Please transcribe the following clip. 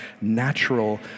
natural